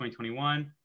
2021